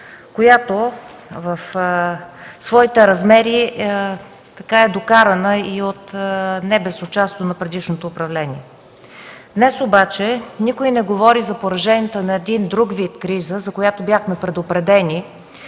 която в своите размери е докарана не без участието на предишното управление. Днес обаче никой не говори за пораженията на един друг вид криза, за която бяхме предупредени